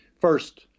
first